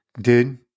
dude